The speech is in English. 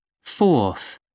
fourth